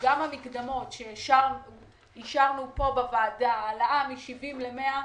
שגם המקדמות שאישרנו פה בוועדה, העלאה מ-70 ל-100,